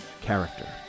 character